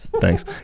Thanks